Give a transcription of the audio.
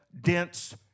dense